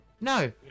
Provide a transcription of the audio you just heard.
No